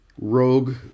rogue